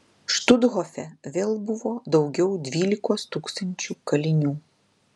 štuthofe vėl buvo daugiau dvylikos tūkstančių kalinių